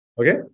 Okay